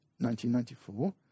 1994